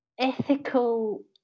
ethical